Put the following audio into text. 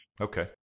Okay